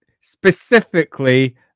specifically